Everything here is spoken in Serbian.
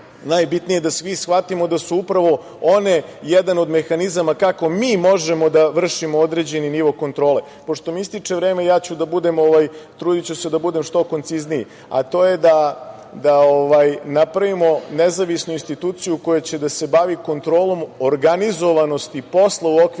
najbitnije je da svi shvatimo da su upravo one jedan od mehanizama kako mi možemo da vršimo određeni nivo kontrole. Pošto mi ističe vreme, trudiću se da budem što koncizniji, a to je da napravimo nezavisnu instituciju koja će se baviti kontrolom organizovanosti posla u okviru